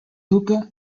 luka